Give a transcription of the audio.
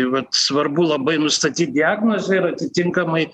vat svarbu labai nustatyt diagnozę ir atitinkamai